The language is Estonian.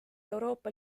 euroopa